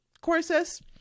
courses